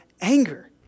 anger